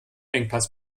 engpass